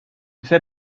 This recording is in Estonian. sel